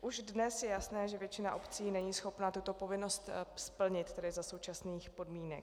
Už dnes je jasné, že většina obcí není schopna tuto povinnost splnit za současných podmínek.